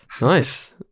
nice